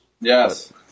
Yes